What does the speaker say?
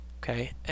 Okay